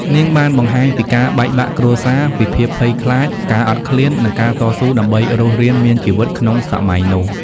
នាងបានបង្ហាញពីការបែកបាក់គ្រួសារ ពីភាពភ័យខ្លាច ការអត់ឃ្លាន និងការតស៊ូដើម្បីរស់រានមានជីវិតក្នុងសម័យនោះ។